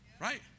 Right